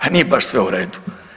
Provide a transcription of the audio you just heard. A nije baš sve u redu.